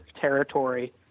territory